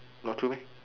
not two meh